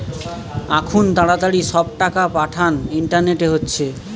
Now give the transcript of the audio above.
আখুন তাড়াতাড়ি সব টাকা পাঠানা ইন্টারনেটে হচ্ছে